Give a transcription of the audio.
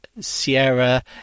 Sierra